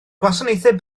gwasanaethau